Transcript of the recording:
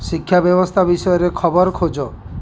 ଶିକ୍ଷା ବ୍ୟବସ୍ଥା ବିଷୟରେ ଖବର ଖୋଜ